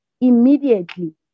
immediately